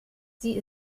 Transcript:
sie